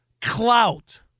clout